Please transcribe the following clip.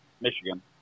Michigan